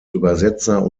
übersetzer